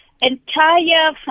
entire